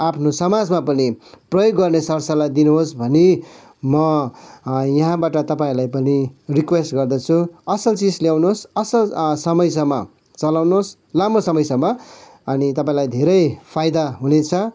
आफ्नो समाजमा पनि प्रयोग गर्ने सरसल्लाह दिनुहोस् भनी म यहाँबाट तपाईँहरूलाई पनि रिक्वेस्ट गर्दछु असल चिज ल्याउनुहोस् असल समयसम्म चलाउनुहोस् लामो समयसम्म अनि तपाईँलाई धेरै फाइदा हुनेछ